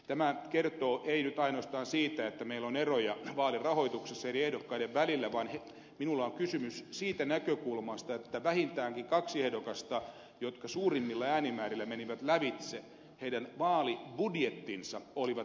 tämä kertoo ei nyt ainoastaan siitä että meillä on eroja vaalirahoituksessa eri ehdokkaiden välillä vaan minulla on kysymys siitä näkökulmasta että vähintäänkin kahden suurimmilla äänimäärillä lävitse menneen ehdokkaan vaalibudjetit olivat pienimpiä